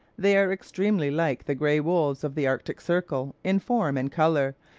they are extremely like the grey wolves of the arctic circle in form and colour,